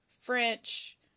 French